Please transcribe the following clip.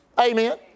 Amen